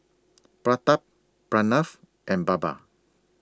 Pratap Pranav and Baba